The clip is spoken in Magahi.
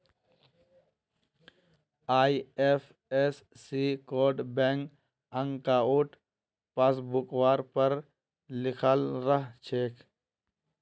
आई.एफ.एस.सी कोड बैंक अंकाउट पासबुकवर पर लिखाल रह छेक